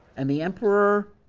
and the emperor